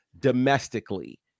domestically